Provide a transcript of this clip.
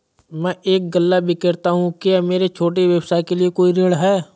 मैं एक गल्ला विक्रेता हूँ क्या मेरे छोटे से व्यवसाय के लिए कोई ऋण है?